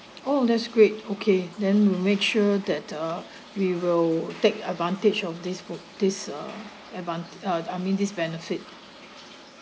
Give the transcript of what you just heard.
oh that's great okay then we'll make sure that uh we will take advantage of this book this uh advan~ uh I mean this benefit